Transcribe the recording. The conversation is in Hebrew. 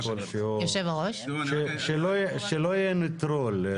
שלא יהיה נטרול.